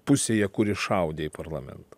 pusėje kuri šaudė į parlamentą